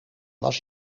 was